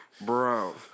Bro